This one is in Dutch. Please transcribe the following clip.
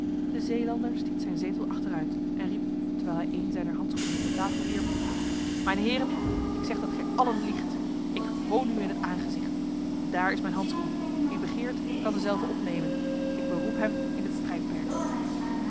de zeelander stiet zijn zetel achteruit en riep terwijl hij een zijner handschoenen op de tafel wierp mijne heren ik zeg dat gij allen liegt ik hoon u in het aangezicht daar is mijn handschoen wie begeert kan dezelve opnemen ik beroep hem in het strijdperk